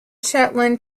shetland